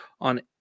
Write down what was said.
on